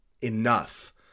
enough